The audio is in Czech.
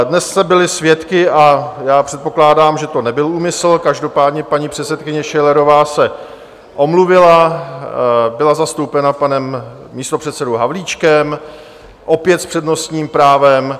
Dnes jste byli svědky, a já předpokládám, že to nebyl úmysl, každopádně paní předsedkyně Schillerová se omluvila, byla zastoupena panem místopředsedou Havlíčkem, opět s přednostním právem.